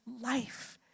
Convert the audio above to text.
life